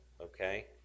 okay